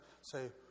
say